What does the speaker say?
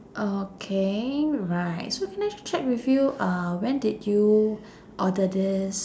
okay right so can I check with you uh when did you order this